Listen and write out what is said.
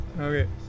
Okay